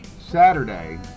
Saturday